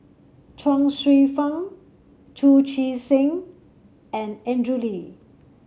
Chuang Hsueh Fang Chu Chee Seng and Andrew Lee